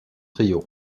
trio